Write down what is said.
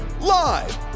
live